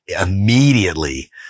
immediately